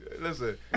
Listen